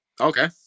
Okay